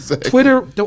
Twitter